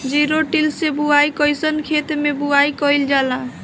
Zero till से बुआई कयिसन खेते मै बुआई कयिल जाला?